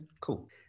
cool